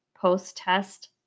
post-test